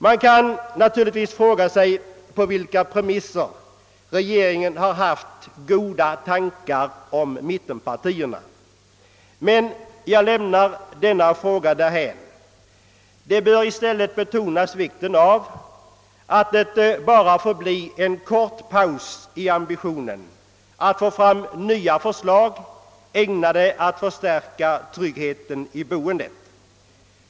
Man kan naturligtvis fråga sig på vil ka premisser regeringen haft goda tankar om mittenpartierna, men jag lämnar den frågan därhän. I stället bör betonas vikten av att det bara blir en kort paus i ambitionen att lägga fram nya förslag ägnade att förstärka tryggheten i boendet.